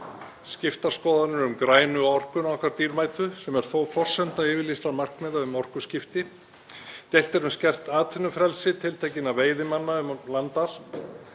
Skiptar skoðanir eru um grænu orkuna okkar dýrmætu sem er þó forsenda yfirlýstra markmiða um orkuskipti. Deilt er um skert atvinnufrelsi tiltekinna veiðimanna um land